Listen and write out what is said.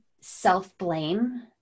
self-blame